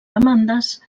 demandes